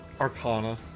Arcana